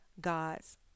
God's